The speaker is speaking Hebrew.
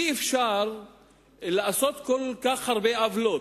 אי-אפשר לעשות כל כך הרבה עוולות,